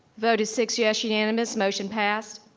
vote is six yes, unanimous, motion passed.